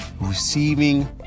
Receiving